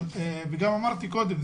וכפי שאמרתי קודם,